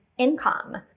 income